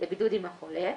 לבידוד עם החולה,